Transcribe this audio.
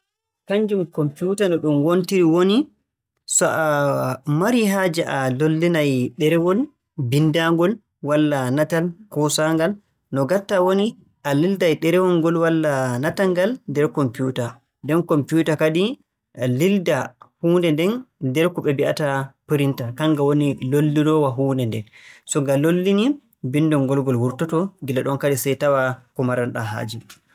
Kannjum kompuuta no ɗum wontiri woni, so a marii haaje a lollinay ɗerewol mbinndaangol walla natal koosaangal. No ngaɗtaa woni, a lilday ɗerewol ngol walla natal ngal nder kompuuta. Nden kompuuta kadi lilda huunde nden nder ko ɓe mbi'ata 'printer' kamnga woni lollinoowa huunde nden. So nga lollinii binndol ngol ngol wurtoto, gila ɗon kadi sey tawaa ko maran-ɗaa haaje.